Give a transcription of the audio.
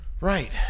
Right